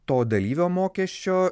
to dalyvio mokesčio